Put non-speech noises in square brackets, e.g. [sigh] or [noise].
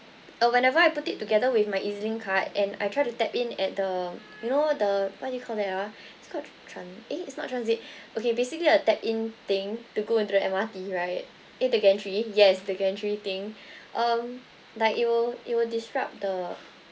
uh whenever I put it together with my ezlink card and I try to tap in at the you know the what do you call that ah [breath] it's called tran~ eh it's not transit [breath] okay basically a tap in thing to go into the M_R_T right eh the gantry yes the gantry thing [breath] um like it will it will disrupt the